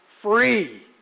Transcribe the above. free